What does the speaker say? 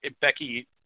Becky